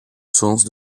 sens